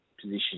position